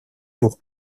pour